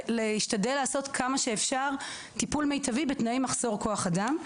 להשתדל לעשות כמה שאפשר טיפול מיטבי בתנאי מחסור כוח אדם.